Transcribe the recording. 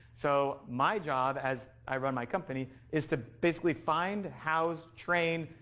so, my job as i run my company is to basically find, house, train,